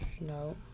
No